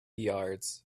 yards